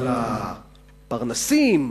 אבל הפרנסים,